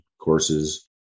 courses